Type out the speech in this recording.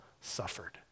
suffered